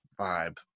vibe